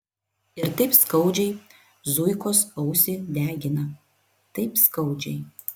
ir taip skaudžiai zuikos ausį degina taip skaudžiai